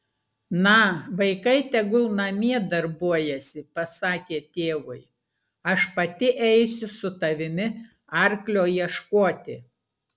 na vaikai tegul namie darbuojasi pasakė tėvui aš pati eisiu su tavimi arklio ieškoti